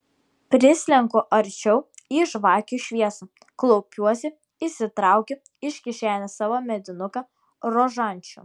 prislenku arčiau į žvakių šviesą klaupiuosi išsitraukiu iš kišenės savo medinuką rožančių